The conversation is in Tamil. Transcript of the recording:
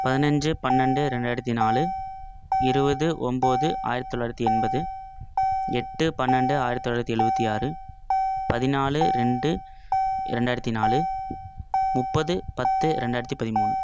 பதினஞ்சு பன்னெண்டு ரெண்டாயிரத்தி நாலு இருபது ஒம்பது ஆயிரத்தி தொள்ளாயிரத்தி எண்பது எட்டு பன்னெண்டு ஆயிரத்தி தொள்ளாயிரத்தி எழுபத்தி ஆறு பதினாலு ரெண்டு இரண்டாயிரத்தி நாலு முப்பது பத்து ரெண்டாயிரத்தி பதிமூணு